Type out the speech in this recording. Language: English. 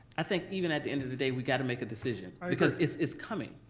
i think even at the end of the day we've got to make a decision because it's it's coming.